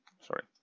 sorry